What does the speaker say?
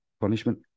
punishment